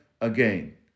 again